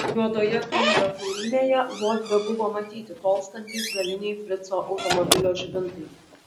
juodoje tunelio kiaurymėje vos bebuvo matyti tolstantys galiniai frico automobilio žibintai